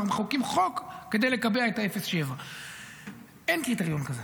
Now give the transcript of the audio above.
ואנחנו מחוקקים חוק כדי לקבע את 0 7. אין קריטריון כזה,